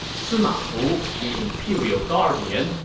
sima fu, the imperial guardian,